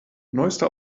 neueste